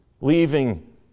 leaving